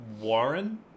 Warren